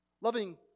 Loving